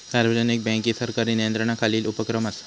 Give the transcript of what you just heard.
सार्वजनिक बँक ही सरकारी नियंत्रणाखालील उपक्रम असा